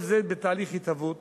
כל זה בתהליך התהוות,